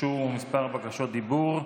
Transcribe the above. הוגשו כמה בקשות דיבור.